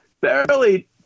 barely